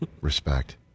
respect